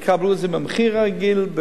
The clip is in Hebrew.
יקבלו את זה במחיר הרגיל,